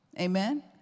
Amen